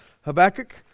Habakkuk